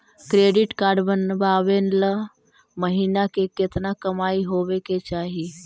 Credit card बनबाबे ल महीना के केतना कमाइ होबे के चाही?